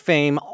Fame